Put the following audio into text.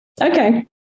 Okay